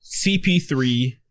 CP3